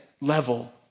level